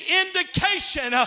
indication